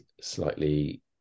slightly